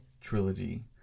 trilogy